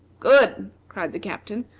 good! cried the captain,